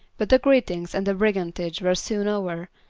but the greetings and the brigandage were soon over,